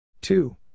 Two